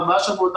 ארבעה שבועות,